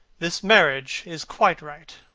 this marriage is quite right.